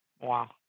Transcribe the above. Wow